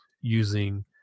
using